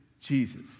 Jesus